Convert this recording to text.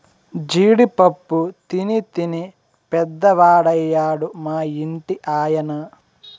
జీడి పప్పు తినీ తినీ పెద్దవాడయ్యాడు మా ఇంటి ఆయన